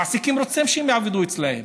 המעסיקים רוצים שהם יעבדו אצלם.